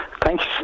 Thanks